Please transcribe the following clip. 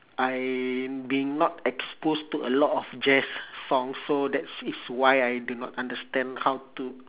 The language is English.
I been not exposed to a lot of jazz songs so that's is why I do not understand how to